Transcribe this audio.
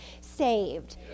saved